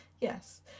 Yes